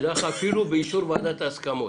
אפילו באישור ועדת ההסכמות.